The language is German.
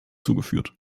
zugeführt